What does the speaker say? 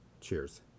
Cheers